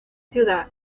ciudad